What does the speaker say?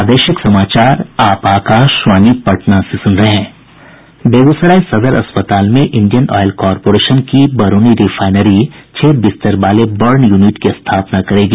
बेगूसराय सदर अस्पताल में इंडियन ऑयल कारपोरेशन की बरौनी रिफायनरी छह बिस्तर वाले बर्न यूनिट की स्थापना करेगी